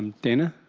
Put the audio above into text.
dana?